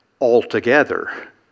altogether